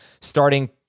starting